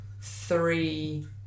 three